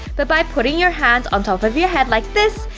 but by putting your hand on top of your head like this,